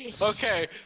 Okay